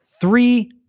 Three